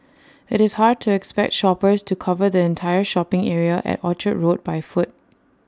IT is hard to expect shoppers to cover the entire shopping area at Orchard road by foot